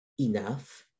enough